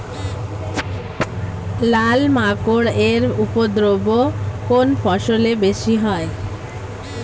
লাল মাকড় এর উপদ্রব কোন ফসলে বেশি হয়?